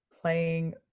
playing